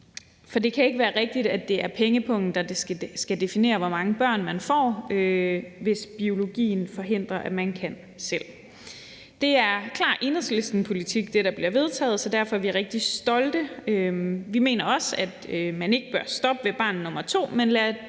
for det kan ikke være rigtigt, at det er pengepungen, der skal definere, hvor mange børn man får, hvis biologien forhindrer, at man kan selv. Det, der bliver vedtaget, er klar Enhedslisten-politik, så derfor er vi rigtig stolte. Vi mener også, at man ikke bør stoppe ved barn nummer to, men lad